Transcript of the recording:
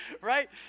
right